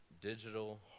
digital